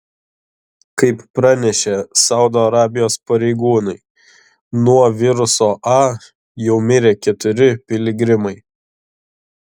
kaip pranešė saudo arabijos pareigūnai nuo viruso a jau mirė keturi piligrimai